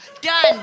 Done